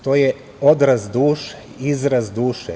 To je odraz duše, izraz duše.